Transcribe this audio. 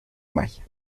magia